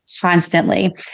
constantly